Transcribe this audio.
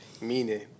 Meaning